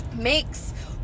makes